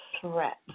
threat